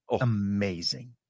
amazing